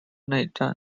内战